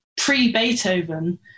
pre-Beethoven